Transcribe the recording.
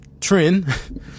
trend